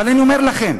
אבל אני אומר לכם,